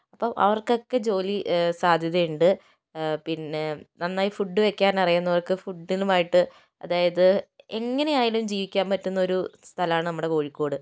അപ്പം അവർക്കൊക്കെ ജോലി സാധ്യതയുണ്ട് പിന്നെ നന്നായി ഫുഡ് വയ്ക്കാൻ അറിയുന്നവർക്ക് ഫുഡിനുമായിട്ട് അതായത് എങ്ങനെയായാലും ജീവിക്കാൻ പറ്റുന്ന ഒരു സ്ഥലമാണ് നമ്മുടെ കോഴിക്കോട്